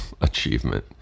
achievement